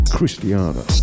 Christiana